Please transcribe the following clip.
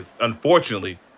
Unfortunately